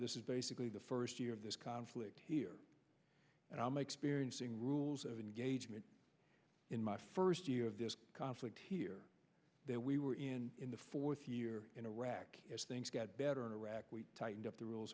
this is basically the first year of this conflict here and i'm experiencing rules of engagement in my first year of this conflict here that we were in in the fourth year in iraq if things got better in iraq we tightened up the rules